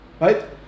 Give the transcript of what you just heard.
Right